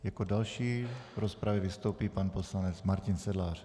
Jako další v rozpravě vystoupí pan poslanec Martin Sedlář.